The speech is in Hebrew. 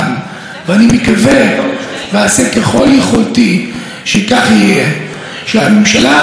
שהממשלה הבאה תציג תוכנית איך להילחם בתופעות האלה